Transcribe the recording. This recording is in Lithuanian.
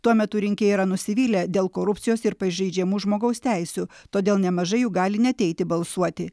tuo metu rinkėjai yra nusivylę dėl korupcijos ir pažeidžiamų žmogaus teisių todėl nemažai jų gali neateiti balsuoti